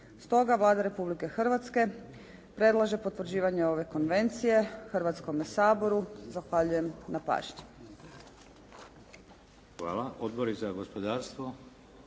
Stoga Vlada Republike Hrvatske predlaže potvrđivanje ove konvencije Hrvatskome saboru. Zahvaljujem na pažnji.